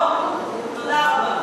או, תודה רבה.